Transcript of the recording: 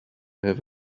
have